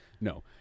No